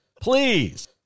Please